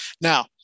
Now